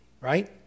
Right